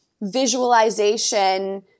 visualization